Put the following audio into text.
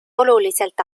oluliselt